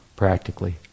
Practically